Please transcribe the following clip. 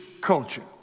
culture